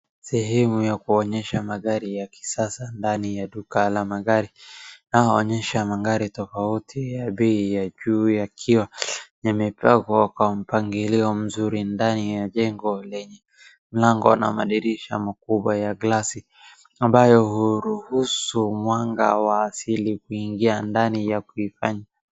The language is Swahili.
Sehemu ya kuonyesha magari ya kisasa ndani ya duka la magari naonyesha magari tofauti ya bei ya juu yakiwa yamepangwa kwa mpangilio mzuri ndani ya jengo lenye mlango na madirisha makubwa ya glass ambayo huruhusu mwanga wa asili kuingia ndani na kuifanya.